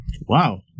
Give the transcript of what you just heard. Wow